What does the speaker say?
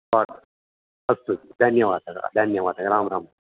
ओ अस्तु जि धन्यवादः धन्यवादः रां राम्